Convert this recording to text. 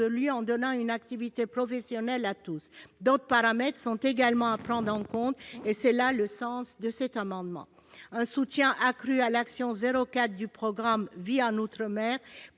résolu en donnant une activité professionnelle à tous. D'autres paramètres sont également à prendre en compte, et c'est là le sens de cet amendement. Un soutien accru à l'action n° 04 du programme « Conditions de vie outre-mer »